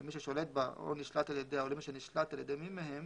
למי ששולט בה או נשלט על ידיה או למי שנשלט על ידי מי מהם